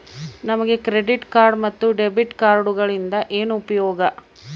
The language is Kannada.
ನಮಗೆ ಕ್ರೆಡಿಟ್ ಕಾರ್ಡ್ ಮತ್ತು ಡೆಬಿಟ್ ಕಾರ್ಡುಗಳಿಂದ ಏನು ಉಪಯೋಗ?